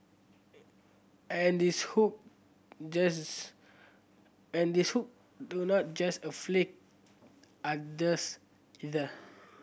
and these hook just and these hook do not just afflict others either